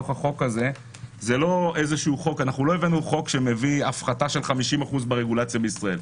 לא הבאנו חוק שמביא הפחתה של 50% ברגולציה בישראל,